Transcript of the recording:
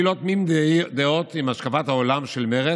אני לא תמים דעות עם השקפת העולם של מרצ.